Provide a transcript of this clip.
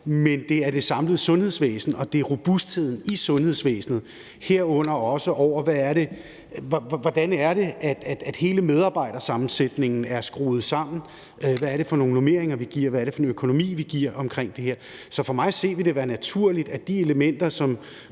men at det er det samlede sundhedsvæsen, og at det er robustheden i sundhedsvæsenet, herunder også, hvordan det er, hele medarbejdersammensætningen er skruet sammen, hvad det er for nogle normeringer, vi giver, og hvad det er for en økonomi, vi sætter for det her. Så for mig at se vil det være naturligt, at de elementer,